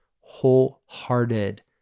wholehearted